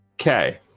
Okay